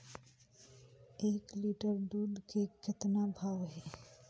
एक लिटर दूध के कतका भाव हे?